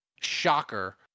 Shocker